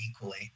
equally